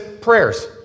prayers